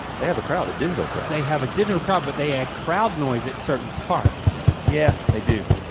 they have a crowded digital crowd. they have a digital crowd but they add crowd noise at certain parks. yeah, they do.